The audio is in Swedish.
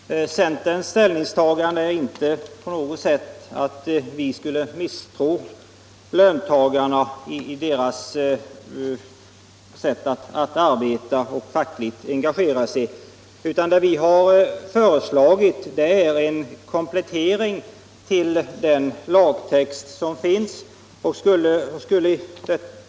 Herr talman! Centerns ställningstagande innebär inte på något sätt att vi skulle misstro löntagarna och deras sätt att utföra fackligt arbete, utan det som vi har föreslagit är en komplettering till den lagtext som finns.